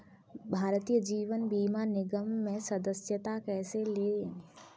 भारतीय जीवन बीमा निगम में सदस्यता कैसे लें?